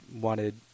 wanted